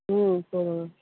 ம் போதுங்க